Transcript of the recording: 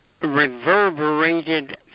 reverberated